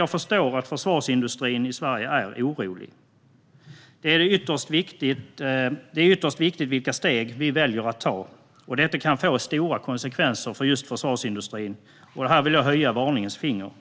Jag förstår att det är oroligt inom försvarsindustrin i Sverige. Vilka steg vi väljer att ta är ytterst viktigt. Detta kan få stora konsekvenser för just försvarsindustrin. Jag vill höja ett varningens finger här.